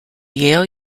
yale